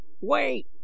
wait